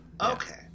okay